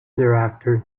thereafter